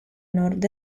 nord